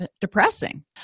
Depressing